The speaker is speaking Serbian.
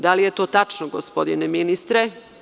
Da li je to tačno, gospodine ministre?